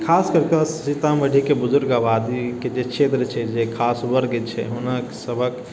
खासकरके सीतामढ़ीके बुजुर्ग आबादीके जे क्षेत्र छै जे खास वर्गके छै हुनकर सबके